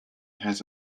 has